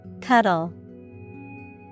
Cuddle